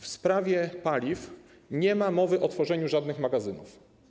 W sprawie paliw nie mam mowy o tworzeniu żadnych magazynów.